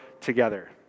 together